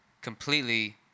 completely